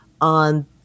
on